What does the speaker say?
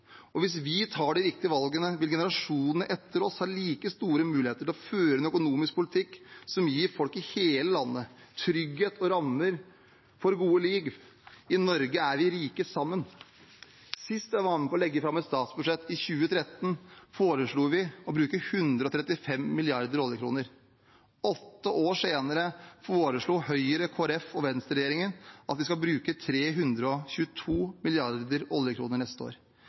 Og hvis vi tar de riktige valgene, vil generasjonene etter oss ha like store muligheter til å føre en økonomisk politikk som gir folk i hele landet trygghet og rammer for et godt liv. I Norge er vi rike sammen. Sist jeg var med på å legge fram et statsbudsjett, i 2013, foreslo vi å bruke 135 mrd. oljekroner. Åtte år senere foreslo Høyre–Kristelig Folkeparti–Venstre-regjeringen at vi skal bruke 322 mrd. oljekroner neste år.